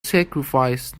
sacrifice